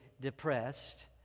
depressed